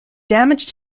damage